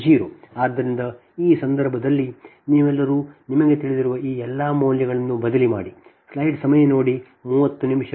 0 ಆದ್ದರಿಂದ ಈ ಸಂದರ್ಭದಲ್ಲಿ ನೀವೆಲ್ಲರೂ ನಿಮಗೆ ತಿಳಿದಿರುವ ಈ ಎಲ್ಲಾ ಮೌಲ್ಯಗಳನ್ನು ಬದಲಿ ಮಾಡಿ